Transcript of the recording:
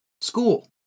school